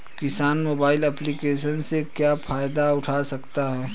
किसान mobile application से क्या फायदा उठा सकता है?